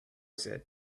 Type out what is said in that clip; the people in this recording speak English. said